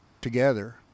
together